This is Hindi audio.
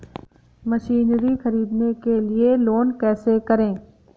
मशीनरी ख़रीदने के लिए लोन कैसे करें?